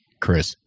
Chris